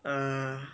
uh